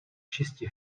čistě